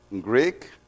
Greek